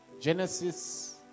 Genesis